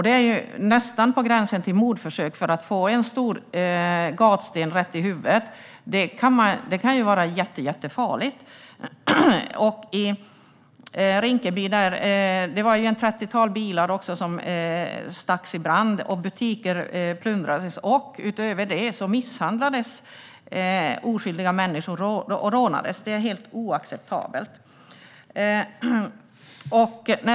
Det är nästan på gränsen till mordförsök. Att få en stor gatsten i huvudet kan vara jättefarligt. I Rinkeby var det också ett trettiotal bilar som stacks i brand, och butiker plundrades. Utöver det misshandlades och rånades oskyldiga människor. Det är helt oacceptabelt.